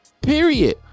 Period